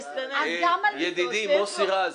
אז גם על מי שעובר --- ידידי מוסי רז,